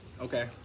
Okay